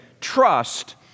trust